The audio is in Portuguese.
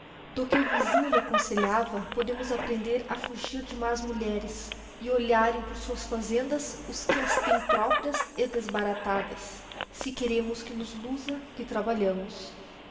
do que o visinho lhe aconselhava podemos aprender a fugir de más mulheres e olharem por suas fazendas os que as tem próprias e desbaratadas se queremos que nos luza o que trabalhamos